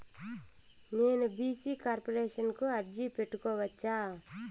నేను BC corporation కు అర్జీ పెట్టుకోవచ్చా?